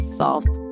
solved